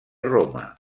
roma